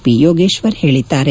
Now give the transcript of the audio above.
P Yogeshwar ಹೇಳಿದ್ದಾರೆ